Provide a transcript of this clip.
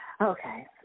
Okay